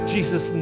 Jesus